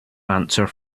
answer